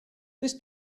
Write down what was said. this